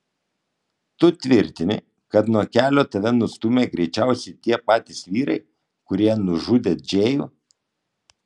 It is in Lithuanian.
tu tvirtini kad nuo kelio tave nustūmė greičiausiai tie patys vyrai kurie nužudė džėjų